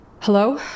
Hello